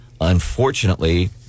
unfortunately